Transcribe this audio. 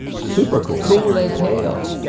super cool. cool as hell,